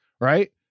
right